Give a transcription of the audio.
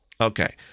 Okay